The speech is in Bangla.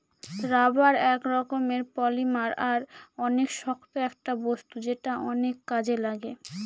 রাবার এক রকমের পলিমার আর অনেক শক্ত একটা বস্তু যেটা অনেক কাজে লাগে